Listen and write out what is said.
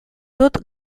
dut